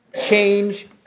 change